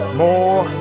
more